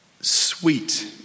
sweet